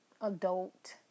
adult